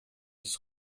ist